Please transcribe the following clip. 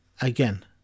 Again